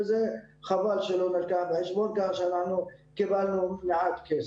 אנחנו נשמע בהמשך לגבי חלוקת הכספים,